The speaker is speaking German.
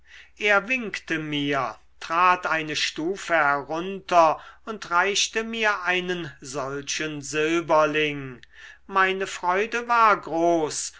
er winkte mir trat eine stufe herunter und reichte mir einen solchen silberling meine freude war groß